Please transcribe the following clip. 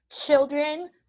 children